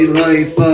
life